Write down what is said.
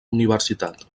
universitat